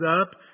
up